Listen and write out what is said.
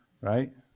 right